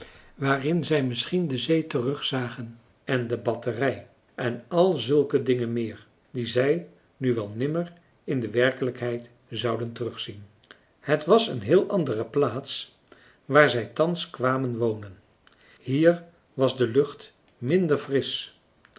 waarin zij misschien de zee terugzagen en de batterij en al zulke dingen meer die zij nu wel nimmer in de werkelijkheid zouden terugzien het was een heel andere plaats waar zij thans kwamen wonen hier was de lucht minder frisch